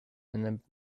and